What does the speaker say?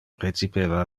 recipeva